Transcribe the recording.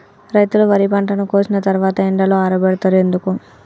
రైతులు వరి పంటను కోసిన తర్వాత ఎండలో ఆరబెడుతరు ఎందుకు?